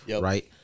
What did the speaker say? Right